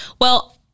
Well-